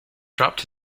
dropped